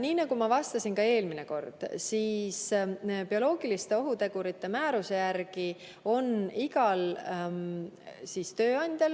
Nii nagu ma vastasin ka eelmine kord, bioloogiliste ohutegurite määruse järgi on igal tööandjal